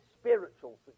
spiritual